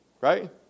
right